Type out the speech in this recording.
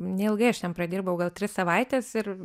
neilgai aš ten pradirbau gal tris savaites ir